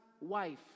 wife